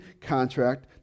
contract